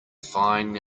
fine